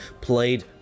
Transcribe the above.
played